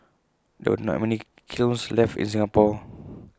there are not many kilns left in Singapore